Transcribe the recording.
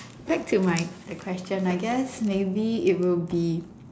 back to my the question I guess maybe it will be